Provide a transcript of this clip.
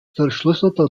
verschlüsselter